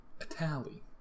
Italy